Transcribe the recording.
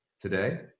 today